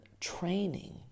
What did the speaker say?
training